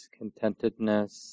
contentedness